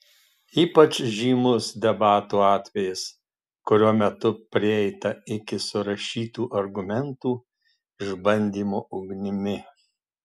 ypač žymus debatų atvejis kurio metu prieita iki surašytų argumentų išbandymo ugnimi